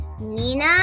Nina